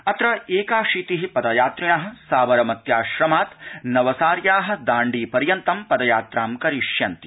अत्र एकाशीति पदयात्रिण साबरमत्याश्रमात् नवसार्या दाण्डी पर्यन्तं पदयात्रां करिष्यन्ति